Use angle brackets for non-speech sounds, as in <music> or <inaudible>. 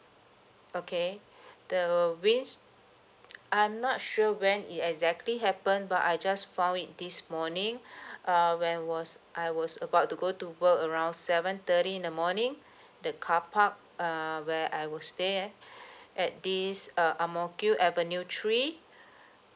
okay <breath> the winds~ <noise> I'm not sure when it exactly happened but I just found it this morning <breath> uh when was I was about to go to work around seven thirty in the morning <breath> the car park uh where I will stay at <breath> at this uh ang mo kio avenue three